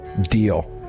deal